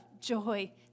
joy